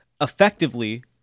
effectively